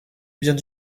vient